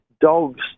Dogs